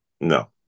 No